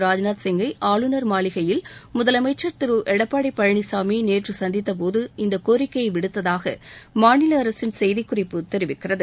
ராஜ்நாத் சிங்கை ஆளுநர் மாளிகையில் தமிழக முதலமைச்சர் திரு எடப்பாடி பழனிசாமி நேற்று சந்தித்தபோது இந்தக் கோரிக்கையை விடுத்ததாக மாநில அரசின் செய்திக்குறிப்பு தெரிவிக்கிறது